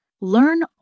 Learn